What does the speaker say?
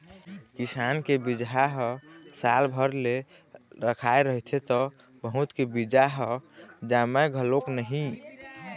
किसान के बिजहा ह साल भर ले रखाए रहिथे त बहुत के बीजा ह जामय घलोक नहि